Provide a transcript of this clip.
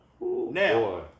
Now